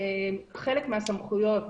חלק מהסמכויות,